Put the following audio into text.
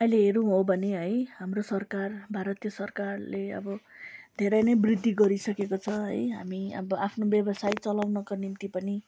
अहिले हेर्नु हो भने है हाम्रो सरकार भारतीय सरकारले अब धेरै नै वृद्धि गरिसकेको छ है हामी आफ्नो व्यवसाय चलाउनुका निम्ति पनि